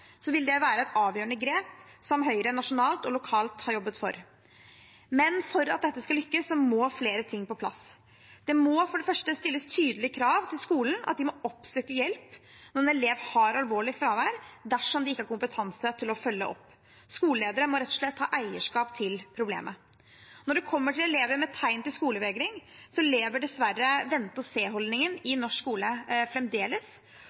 vil det være et avgjørende grep som Høyre nasjonalt og lokalt har jobbet for. Men for at dette skal lykkes, må flere ting på plass. Det må for det første stilles tydelig krav til skolen at de må oppsøke hjelp når en elev har alvorlig fravær, dersom de ikke har kompetanse til å følge opp. Skoleledere må rett og slett ta eierskap til problemet. Når det kommer til elever med tegn til skolevegring, lever dessverre vente-og-se-holdningen i norsk skole fremdeles.